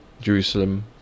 Jerusalem